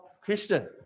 Christian